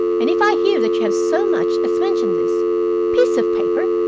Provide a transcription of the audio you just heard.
and if i hear that you have so much as mentioned this piece of paper,